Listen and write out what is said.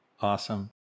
Awesome